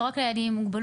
לא רק לילדים עם מוגבלות.